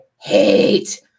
hate